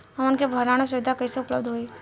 हमन के भंडारण सुविधा कइसे उपलब्ध होई?